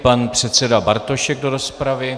Pan předseda Bartošek do rozpravy.